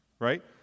right